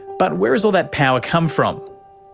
but where does all that power come from?